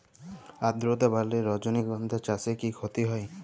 আদ্রর্তা বাড়লে রজনীগন্ধা চাষে কি ক্ষতি হয়?